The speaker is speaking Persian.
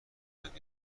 یاد